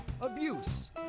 abuse